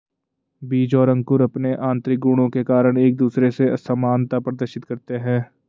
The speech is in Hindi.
बीज और अंकुर अंपने आतंरिक गुणों के कारण एक दूसरे से असामनता प्रदर्शित करते हैं